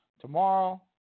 tomorrow